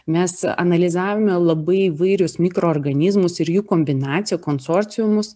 mes analizavome labai įvairius mikroorganizmus ir jų kombinacijų konsorciumus